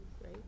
right